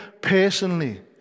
personally